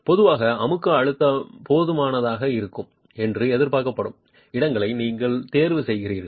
பொதுவாக அமுக்க அழுத்தம் போதுமானதாக இருக்கும் என்று எதிர்பார்க்கப்படும் இடங்களை நீங்கள் தேர்வு செய்கிறீர்கள்